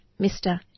Mr